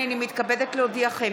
הינני מתכבדת להודיעכם,